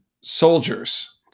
soldiers